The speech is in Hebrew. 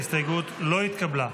ההסתייגות לא התקבלה.